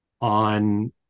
on